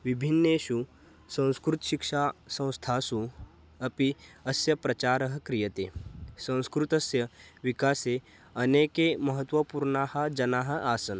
विभिन्नेषु संस्कृतशिक्षासंस्थासु अपि अस्य प्रचारः क्रियते संस्कृतस्य विकासे अनेके महत्त्वपूर्णाः जनाः आसन्